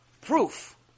proof